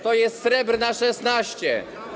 To jest Srebrna 16.